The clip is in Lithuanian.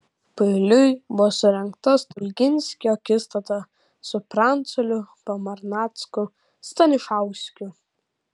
paeiliui buvo surengta stulginskio akistata su pranculiu pamarnacku stanišauskiu